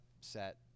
set